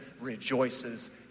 rejoices